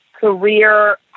career